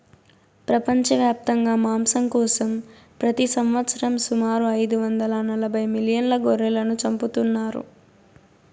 ప్రపంచవ్యాప్తంగా మాంసం కోసం ప్రతి సంవత్సరం సుమారు ఐదు వందల నలబై మిలియన్ల గొర్రెలను చంపుతున్నారు